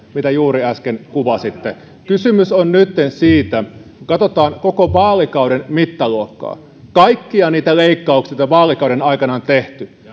mitä juuri äsken kuvasitte kysymys on nytten siitä että katsotaan koko vaalikauden mittaluokkaa kaikkia niitä leikkauksia joita vaalikauden aikana on tehty